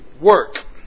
Work